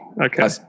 okay